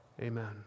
amen